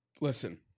Listen